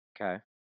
Okay